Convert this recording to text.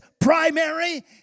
primary